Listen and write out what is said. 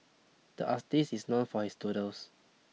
the artist is known for his doodles